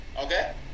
Okay